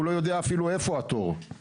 הוא לא יודע אפילו איפה התור.